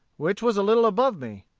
which was a little above me.